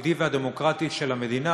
היהודי והדמוקרטי של המדינה?